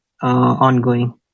ongoing